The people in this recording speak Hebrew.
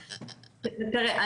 תראה,